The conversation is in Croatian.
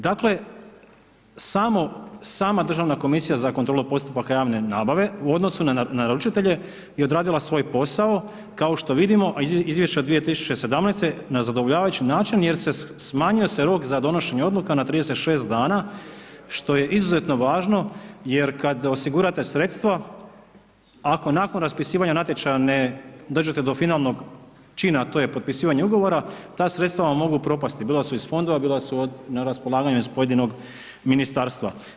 Dakle, sama Državna komisija za kontrolu postupaka javne nabave u odnosu na naručitelje je odradila svoj posao kao što vidimo iz izvješća 2017. na zadovoljavajući način jer smanjio se rok za donošenje odluka na 36 dana što je izuzetno važno jer kad osigurate sredstva ako nakon raspisivanja natječaja ne dođete do finalnog čina, a to je potpisivanje ugovora ta sredstva vam mogu propasti, bilo da su iz fondova, bilo da su od, na raspolaganju iz pojedinog ministarstva.